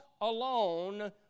alone